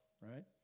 right